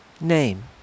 name